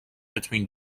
between